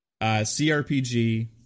CRPG